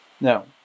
Now